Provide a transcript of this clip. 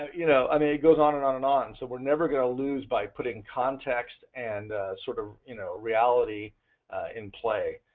ah you know i mean it goes on and on and on, so we're never going to lose by putting context and sort of you know reality in play.